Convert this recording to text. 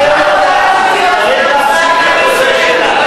היא לא יכולה להמשיך להיות קצינה בצבא הגנה לישראל.